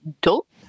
dope